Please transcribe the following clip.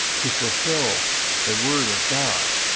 to fulfil the word of god